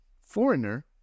Foreigner